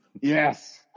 Yes